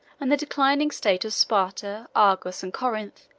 and the declining state of sparta, argos, and corinth,